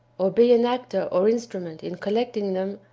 or be an actor or instrument in collecting them,